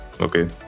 okay